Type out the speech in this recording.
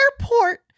airport